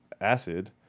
acid